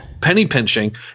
penny-pinching